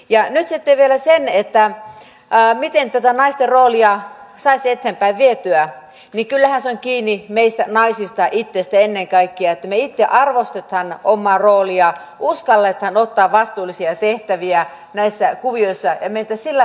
ja sitten vielä se miten tätä naisten roolia saisi eteenpäin vietyä niin kyllähän se on kiinni meistä naisista itsestä ennen kaikkea että me itse arvostamme omaa rooliamme uskallamme ottaa vastuullisia tehtäviä näissä kuvioissa ja mentäisiin sillä tavalla eteenpäin